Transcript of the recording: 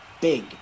big